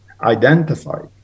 identified